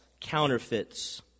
counterfeits